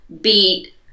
beat